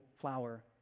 flower